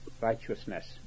righteousness